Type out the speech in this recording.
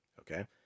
Okay